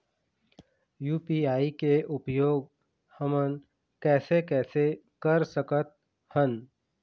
UPI के उपयोग हमन कैसे कैसे कर सकत हन?